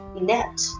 net